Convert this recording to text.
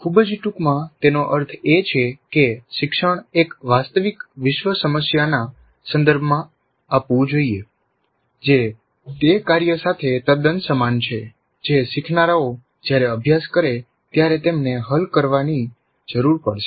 ખૂબ જ ટૂંકમાં તેનો અર્થ એ છે કે શિક્ષણ એક વાસ્તવિક વિશ્વ સમસ્યાના સંદર્ભમાં આપવું જોઈએ જે તે કાર્ય સાથે તદ્દન સમાન છે જે શીખનારાઓ જ્યારે અભ્યાસ કરે ત્યારે તેમને હલ કરવાની જરૂર પડશે